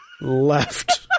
left